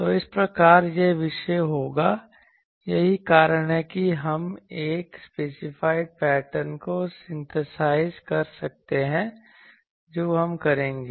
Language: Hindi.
तो इस प्रकार यह विषय होगा यही कारण है कि हम एक स्पेसिफाइड पैटर्न को सिनथीसाइज कर सकते हैं जो हम करेंगे